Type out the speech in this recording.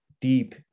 deep